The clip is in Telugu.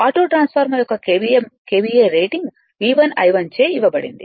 ఆటో ట్రాన్స్ఫార్మర్ యొక్క KVA రేటింగ్ V1I1 చే ఇవ్వబడింది